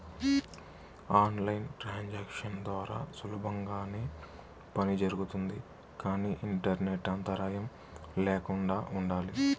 on line transactions ద్వారా సులభంగానే పని జరుగుతుంది కానీ ఇంటర్నెట్ అంతరాయం ల్యాకుండా ఉండాలి